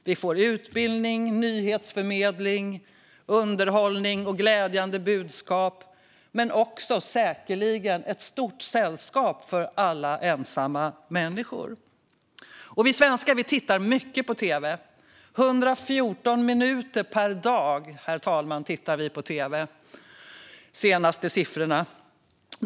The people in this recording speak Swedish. Vi får utbildning, nyhetsförmedling, underhållning och glädjande budskap, och det är säkerligen ett stort sällskap för alla ensamma människor. Vi svenskar tittar mycket på tv, herr talman - 114 minuter per dag, enligt de senaste siffrorna.